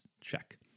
Check